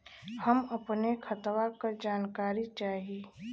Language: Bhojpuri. हम अपने खतवा क जानकारी चाही?